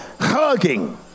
hugging